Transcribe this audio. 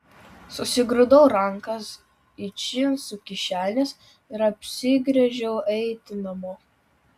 susigrūdau rankas į džinsų kišenes ir apsigręžiau eiti namo